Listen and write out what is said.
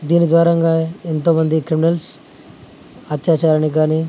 దీని ద్వారంగా ఎంతోమంది క్రిమినల్స్ అత్యాచారాన్ని కానీ